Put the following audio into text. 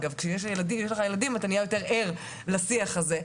כשיש ילדים נהיים יותר ערים לשיח הזה.